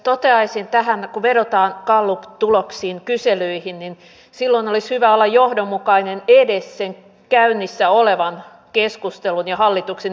toteaisin tähän että kun vedotaan galluptuloksiin kyselyihin niin silloin olisi hyvä olla johdonmukainen edes sen käynnissä olevan keskustelun ja hallituksen esityksen suhteen